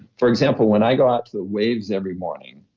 for example, when i go out to the waves every morning,